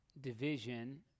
division